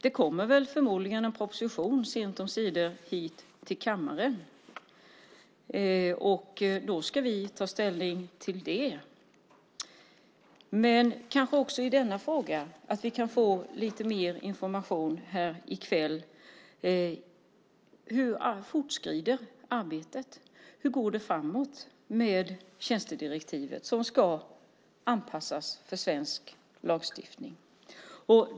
Det kommer förmodligen en proposition sent omsider hit till kammaren, och då ska vi ta ställning till den. Men kanske kan vi få lite mer information här i kväll om hur arbetet fortskrider, hur det går framåt med tjänstedirektivet som ska anpassas till svensk lagstiftning.